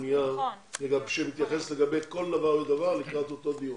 נייר שמתייחס לגבי כל דבר ודבר לקראת אותו דיון.